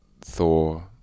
Thor